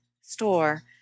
store